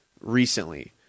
recently